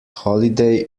holiday